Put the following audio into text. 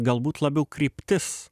galbūt labiau kryptis